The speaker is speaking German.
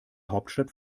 hauptstadt